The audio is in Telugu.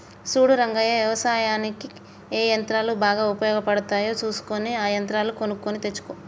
సూడు రంగయ్య యవసాయనిక్ ఏ యంత్రాలు బాగా ఉపయోగపడుతాయో సూసుకొని ఆ యంత్రాలు కొనుక్కొని తెచ్చుకో